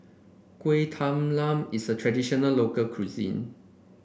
Kuih Talam is a traditional local cuisine